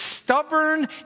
stubborn